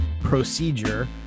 procedure